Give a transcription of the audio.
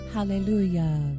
Hallelujah